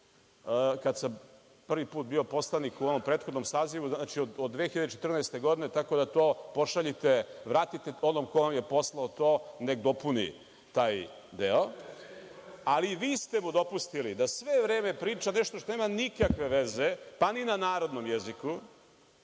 kada sam prvi put bio poslanik u ovom prethodnom sazivu, 2014. godine, tako da to pošaljite, vratite onom ko vam je poslao to, pa nek dopuni taj deo. Vi ste mu dopustili da sve vreme priča nešto što nema veze, pa ni na narodnom jeziku,